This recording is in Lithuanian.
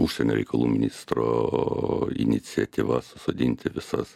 užsienio reikalų ministro iniciatyvas susodinti visas